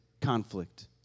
conflict